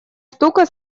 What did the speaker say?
штука